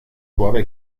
suave